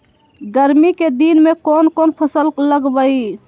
गर्मी के दिन में कौन कौन फसल लगबई?